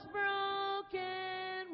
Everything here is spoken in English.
broken